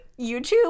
youtube